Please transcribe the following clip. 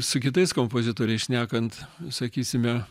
su kitais kompozitoriais šnekant sakysime